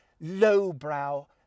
lowbrow